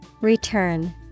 Return